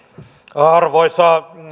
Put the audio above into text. arvoisa